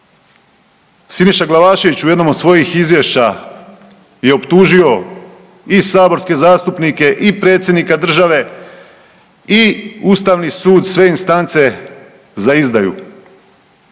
Siniša Glavašević u jednom od svojih izvješća je optužio i saborske zastupnike i predsjednika države i ustavni sud, sve instance za izdaju.